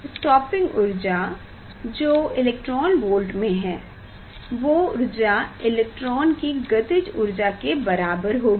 stopping ऊर्जा जो eV में है वो ऊर्जा इलेक्ट्रॉन की गतिज ऊर्जा के बराबर होगी